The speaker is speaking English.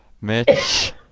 Mitch